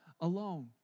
alone